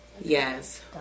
yes